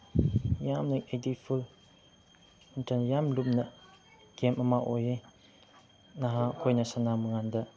ꯌꯥꯝꯅ ꯑꯦꯗꯤꯛ ꯐꯨꯜ ꯅꯠꯇ꯭ꯔꯒꯅ ꯌꯥꯝ ꯂꯨꯝꯅ ꯒꯦꯝ ꯑꯃ ꯑꯣꯏꯌꯦ ꯅꯍꯥ ꯑꯩꯈꯣꯏꯅ ꯁꯥꯟꯅꯕꯀꯥꯟꯗ